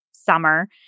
summer